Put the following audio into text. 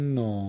no